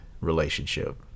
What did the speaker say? relationship